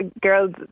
girls